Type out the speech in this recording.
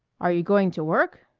are you going to work?